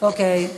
אוקיי.